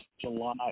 July